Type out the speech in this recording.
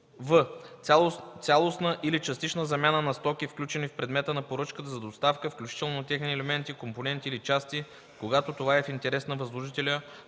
„в) цялостна или частична замяна на стоки, включени в предмета на поръчка за доставка, включително на техни елементи, компоненти или части, когато това е в интерес на възложителя,